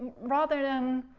rather than